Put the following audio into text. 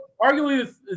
arguably